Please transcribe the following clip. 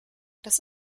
das